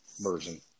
version